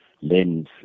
lens